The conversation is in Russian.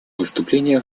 выступления